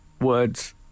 words